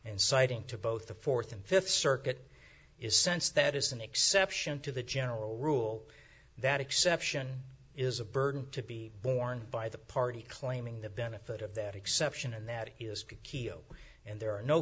and citing to both the fourth and fifth circuit is sense that is an exception to the general rule that exception is a burden to be borne by the party claiming the benefit of that exception and that is to kioto and there are no